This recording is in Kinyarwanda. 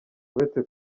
uretse